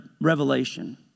Revelation